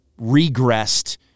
regressed